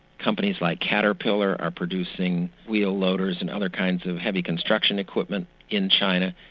companies like caterpillar are producing wheel loaders and other kinds of heavy construction equipment in china.